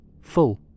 full